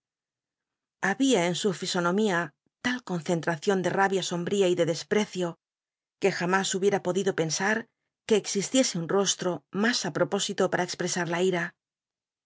había en su fisonomía tal conccntmcion de ra bia sombl'ia y de desprecio que jamás hubici t podido pensar que existiese un rostro mas ü propósito para expresar la ira